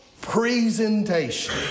presentation